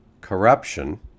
corruption